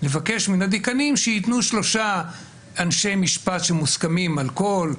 לבקש מן הדיקנים שייתנו שלושה אנשי משפט שמוסכמים על כל,